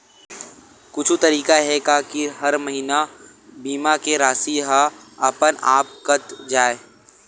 कुछु तरीका हे का कि हर महीना बीमा के राशि हा अपन आप कत जाय?